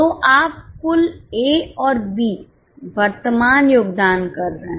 तो आप कुल ए और बी वर्तमान योगदान कर रहे हैं